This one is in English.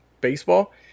Baseball